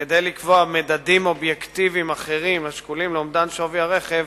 כדי לקבוע מדדים אובייקטיביים אחרים השקולים לאומדן שווי הרכב,